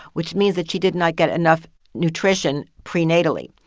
which means that she did not get enough nutrition prenatally.